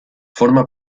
forma